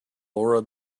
laura